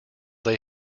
they